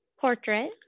portrait